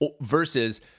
Versus